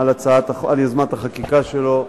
על יוזמת החקיקה שלו.